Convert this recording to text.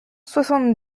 soixante